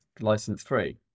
license-free